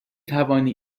توانی